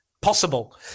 possible